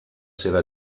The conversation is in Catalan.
seva